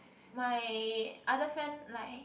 my other friend like